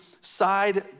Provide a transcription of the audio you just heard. side